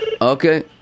Okay